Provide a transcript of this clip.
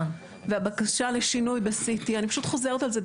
הבקשה לשינוי ב-CT אני פשוט חוזרת על זה,